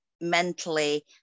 mentally